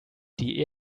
die